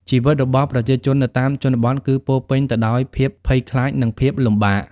ជីវិតរបស់ប្រជាជននៅតាមជនបទគឺពោរពេញទៅដោយភាពភ័យខ្លាចនិងភាពលំបាក។